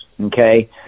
okay